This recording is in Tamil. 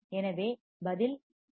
எனவே பதில் fh 1